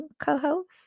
co-host